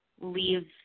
leave